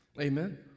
Amen